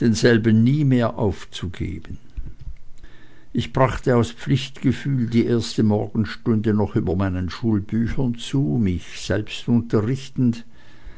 denselben nie mehr aufzugeben ich brachte aus pflichtgefühl die erste morgenstunde noch über meinen schulbüchern zu mich selbst unterrichtend